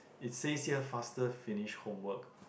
it says here faster finish homework